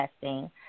testing